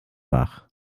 wach